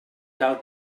cal